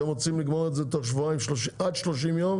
אתם רוצים לגמור את זה תוך שבועיים, עד 30 ימים?